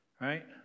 right